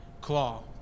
claw